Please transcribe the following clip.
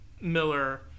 Miller